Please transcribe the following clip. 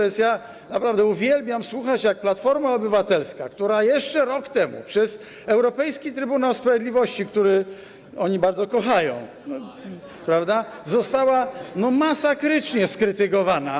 Ja naprawdę uwielbiam słuchać, jak Platforma Obywatelska, która jeszcze rok temu przez Europejski Trybunał Sprawiedliwości, który, oni bardzo kochają, prawda, została masakrycznie skrytykowana.